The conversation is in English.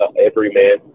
everyman—